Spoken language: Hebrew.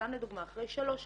סתם לדוגמה אחרי שלוש שנים,